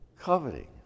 coveting